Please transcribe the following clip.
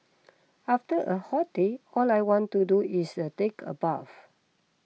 after a hot day all I want to do is a take a bath